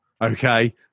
okay